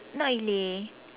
not really